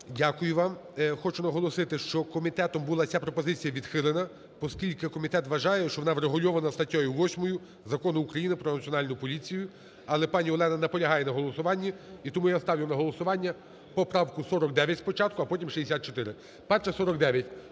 Дякую вам. Хочу наголосити, що комітетом була ця пропозиція відхилена, оскільки комітет вважає, що вона врегульована статтею 8 Закону України "Про Національну поліцію". Але пані Олена наполягає на голосуванні, і тому я ставлю на голосування поправку 49 спочатку, а потім – 64. Перша – 49.